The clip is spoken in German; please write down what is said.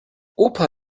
opa